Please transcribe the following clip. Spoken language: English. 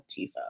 tifa